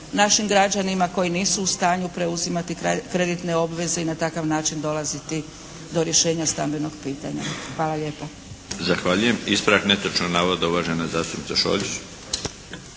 našim građanima koji nisu u stanju preuzimati kreditne obveze i na takav način dolaziti do rješenja stambenog pitanja. Hvala lijepa.